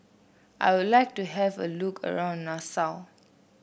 I would like to have a look around Nassau